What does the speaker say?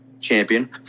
champion